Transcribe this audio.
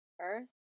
Earth